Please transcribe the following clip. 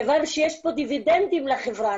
כיוון שיש פה דיבידנדים לחברה,